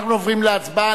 אנחנו עוברים להצבעה.